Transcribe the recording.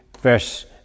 verse